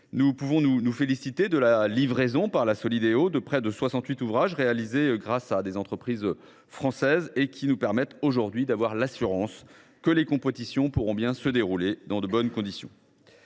nous pouvons nous féliciter de la livraison par la Solideo de près de 68 ouvrages réalisés grâce à des entreprises françaises, lesquels nous permettent aujourd’hui d’avoir l’assurance que les compétitions pourront bien se dérouler dans de bonnes conditions.